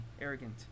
arrogant